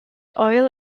oil